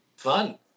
fun